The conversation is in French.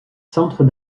centres